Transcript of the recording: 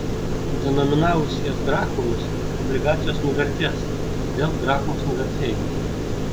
denominavus jas drachmomis obligacijos nuvertės dėl drachmos nuvertėjimo